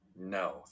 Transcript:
No